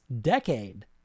decade